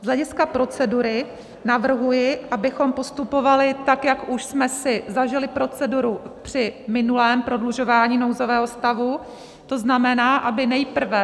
Z hlediska procedury navrhuji, abychom postupovali tak, jak už jsme si zažili proceduru při minulém prodlužování nouzového stavu, to znamená, aby nejprve